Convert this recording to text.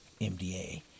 MDA